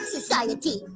Society